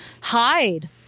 hide